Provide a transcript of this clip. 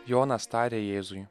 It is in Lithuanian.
jonas tarė jėzui